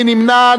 מי נמנע?